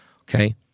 okay